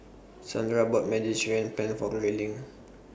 Zandra bought Mediterranean Penne For Grayling